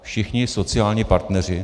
Všichni sociální partneři.